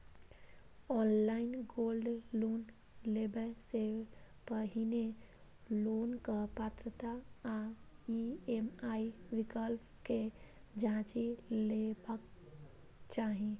online gold loan लेबय सं पहिने लोनक पात्रता आ ई.एम.आई विकल्प कें जांचि लेबाक चाही